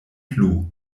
plu